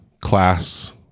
class